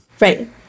Right